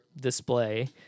display